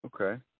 Okay